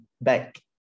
back